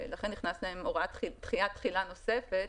ולכן נכנסה הוראת דחיית תחילה נוספת,